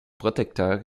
protecteur